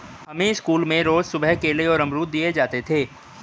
हमें स्कूल में रोज सुबह केले और अमरुद दिए जाते थे